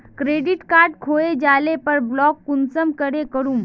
Credit card खोये जाले पर ब्लॉक कुंसम करे करूम?